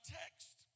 text